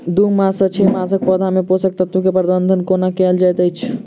दू मास सँ छै मासक पौधा मे पोसक तत्त्व केँ प्रबंधन कोना कएल जाइत अछि?